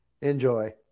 Enjoy